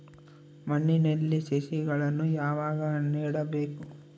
ಮಣ್ಣಿನಲ್ಲಿ ಸಸಿಗಳನ್ನು ಯಾವಾಗ ನೆಡಬೇಕು?